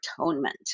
atonement